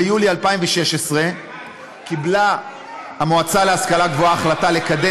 ביולי 2016 קיבלה המועצה להשכלה גבוהה לקדם